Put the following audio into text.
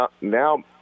Now